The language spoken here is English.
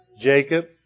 Jacob